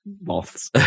Moths